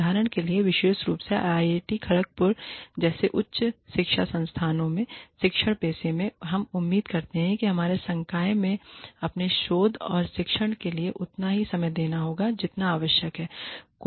उदाहरण के लिए विशेष रूप से IIT खड़गपुर जैसे उच्च शिक्षा संस्थानों में शिक्षण पेशे में हम उम्मीद करते हैं कि हमारे संकाय को अपने शोध और शिक्षण के लिए उतना ही समय देना होगा जितना आवश्यक है